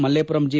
Mallepuram G